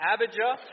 Abijah